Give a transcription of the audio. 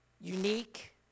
unique